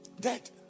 Dead